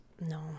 No